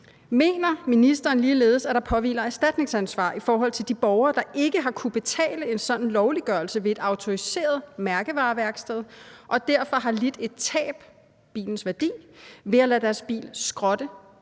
Mener ministeren ligeledes, at der påhviler erstatningsansvar i forhold til de borgere, der ikke har kunnet betale en sådan lovliggørelse ved et autoriseret mærkevareværksted og derfor har lidt et tab – bilens værdi – ved at lade deres bil skrotte